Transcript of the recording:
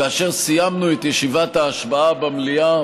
כאשר סיימנו את ישיבת ההשבעה במליאה,